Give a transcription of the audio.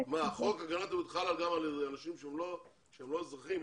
חוק הגנת הפרטיות חל גם על אנשים שהם לא אזרחי המדינה?